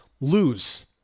lose